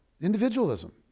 individualism